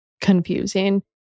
confusing